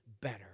better